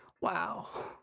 wow